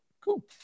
Cool